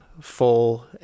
full